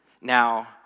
Now